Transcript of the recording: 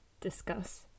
discuss